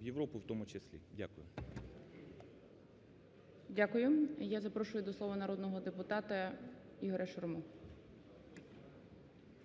в Європу в тому числі. ГОЛОВУЮЧИЙ. Дякую. І я запрошую до слова народного депутата Ігоря Шурму.